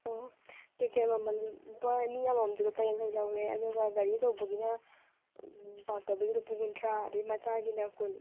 ꯑꯣ ꯇꯤꯛꯀꯦꯠ ꯃꯃꯜ ꯂꯨꯄꯥ ꯃꯤ ꯑꯃ ꯃꯝꯗ ꯂꯨꯄꯥ ꯌꯥꯡꯈꯩ ꯂꯧꯋꯦ ꯑꯗꯨꯒ ꯒꯥꯔꯤ ꯑꯆꯧꯕꯒꯤꯅ ꯄꯥꯔꯛ ꯇꯧꯕꯒꯤ ꯂꯨꯄꯥ ꯀꯨꯟꯊ꯭ꯔꯥ ꯑꯗꯨꯒ ꯃꯆꯥꯒꯤꯅ ꯀꯨꯟ